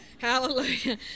hallelujah